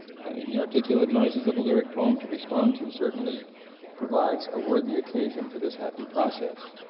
having the articulate noises of the lyric poem to respond to certainly provides a worthy occasion for this happy process.